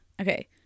Okay